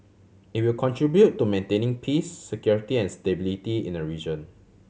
it will contribute to maintaining peace security and stability in the region